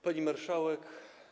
Pani Marszałek!